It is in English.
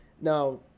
Now